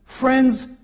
Friends